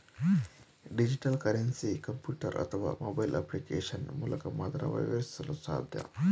digital currency computer ಅಥವಾ mobile application ಮೂಲಕ ಮಾತ್ರ ವ್ಯವಹರಿಸಲು ಸಾಧ್ಯ